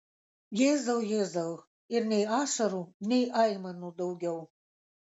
jėzau jėzau ir nei ašarų nei aimanų daugiau